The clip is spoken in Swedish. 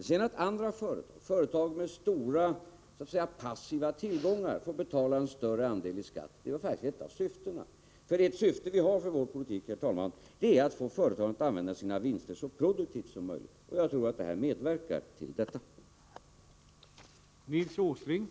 Att sedan andra företag, företag med stora så att säga passiva tillgångar, får betala en större andel i skatt var faktiskt ett av syftena. Ett syfte vi har med vår politik, herr talman, är nämligen att få företagen att använda sina vinster så produktivt som möjligt. Jag tror att vinstdelningsskatten medverkar till detta.